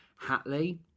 Hatley